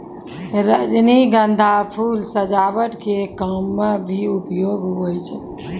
रजनीगंधा फूल सजावट के काम मे भी प्रयोग हुवै छै